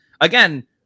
again